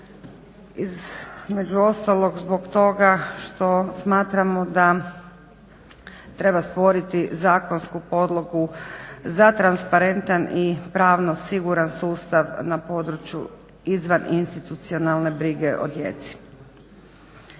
između ostalog zbog toga što smatramo da treba stvoriti zakonsku podlogu za transparentan i pravno siguran sustav na području izvan institucionalne brige o djeci.